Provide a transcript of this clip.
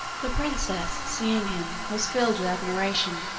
the princess, seeing him, was filled with admiration,